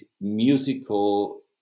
musical